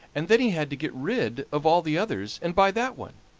and then he had to get rid of all the others and buy that one,